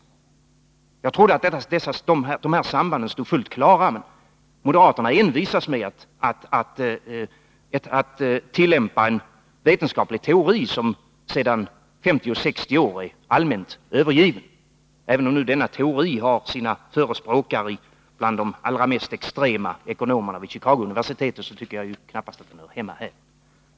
Jag trodde att dessa samband stod fullt klara. Men moderaterna envisas med att tillämpa en vetenskaplig teori som sedan 50 eller 60 år är allmänt övergiven. Även om nu denna teori har sina förespråkare bland de allra mest extrema ekonomerna vid Chicagouniversitetet tycker jag att den knappast hör hemma här.